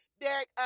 Derek